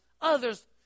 others